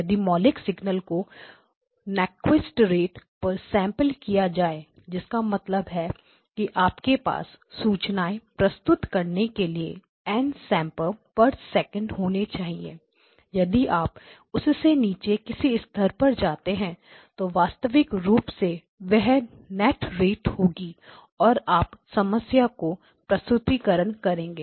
यदि मौलिक सिग्नल को नक्विस्ट रेट पर सैंपल किया जाए उसका मतलब है कि आपके पास सूचनाएं प्रस्तुत करने के लिए N sample per second N samplessec होने चाहिए यदि आप उससे नीचे किसी स्तर पर जाते हैं तो वास्तविक रूप से वह नेट रेट होगी और आप समस्या को प्रस्तुतीकरण करेंगे